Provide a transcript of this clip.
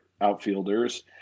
outfielders